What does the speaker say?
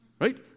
Right